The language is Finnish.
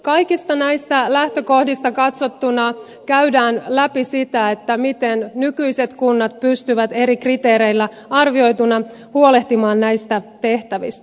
kaikista näistä lähtökohdista katsottuna käydään läpi sitä miten nykyiset kunnat pystyvät eri kriteereillä arvioituna huolehtimaan näistä tehtävistä